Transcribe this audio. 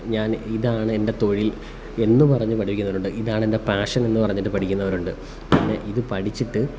ഞാൻ ഇതാണെൻ്റെ തൊഴിൽ എന്നു പറഞ്ഞ് പഠിപ്പിക്കുന്നവരുണ്ട് ഇതാണെൻ്റെ പാഷനെന്നു പറഞ്ഞിട്ട് പഠിക്കുന്നവരുണ്ട് പിന്നെ ഇതു പഠിച്ചിട്ട്